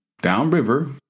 downriver